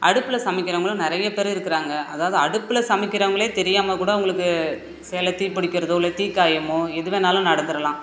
அடுப்பில் சமைக்கிறவங்களும் நிறைய பேர் இருக்கிறாங்க அதாவது அடுப்பில் சமைக்கிறவங்களே தெரியாமல் கூட அவங்களுக்கு சேலை தீ பிடிக்கிறதோ இல்லை தீக்காயமோ எது வேணாலும் நடந்திறலாம்